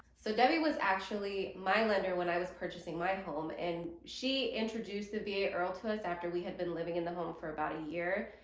so debbie was actually my lender when i was purchasing my home and she introduced the va irrrl to us after we had been living in the home for about a year.